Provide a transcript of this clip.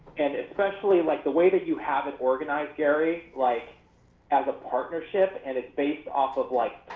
and especially like the way that you have it organized, gary, like as a partnership and it's based off of like